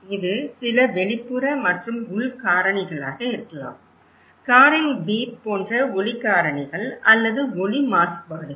இது சில வெளிப்புற மற்றும் உள் காரணிகளாக இருக்கலாம் காரின் பீப் போன்ற ஒலி காரணிகள் அல்லது ஒலி மாசுபாடுகள்